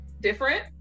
different